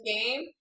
game